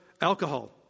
alcohol